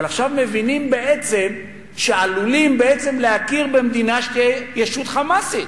אבל עכשיו מבינים שעלולים בעצם להכיר במדינה שתהיה ישות "חמאסית".